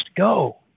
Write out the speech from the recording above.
go